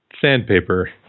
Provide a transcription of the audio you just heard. Sandpaper